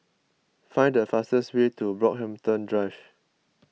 find the fastest way to Brockhampton Drive